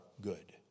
good